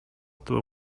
tobą